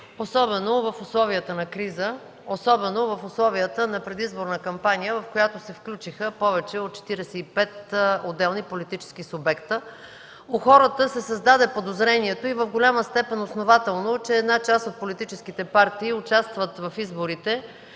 Особено в условията на криза, особено в условията на предизборна кампания, в която се включиха повече от 45 отделни политически субекта, у хората се създаде подозрението – и в голяма степен основателно, – че една част от политическите партии участват в изборите